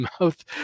mouth